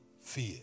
fear